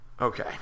Okay